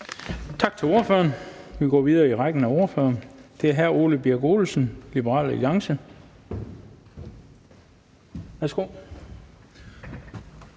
Tak til ordføreren. Vi går videre i rækken af ordførere til hr. Ole Birk Olesen, Liberal Alliance. Værsgo.